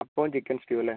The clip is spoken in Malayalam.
അപ്പവും ചിക്കൻ സ്റ്റ്യൂ അല്ലേ